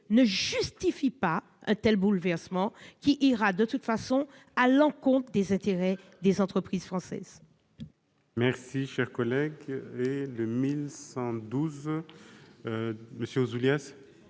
ne justifient pas un tel bouleversement, qui ira de toute façon à l'encontre des intérêts des entreprises françaises.